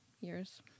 years